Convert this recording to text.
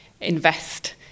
invest